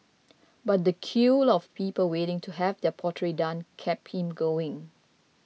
but the queue of people waiting to have their portrait done kept him going